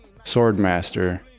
Swordmaster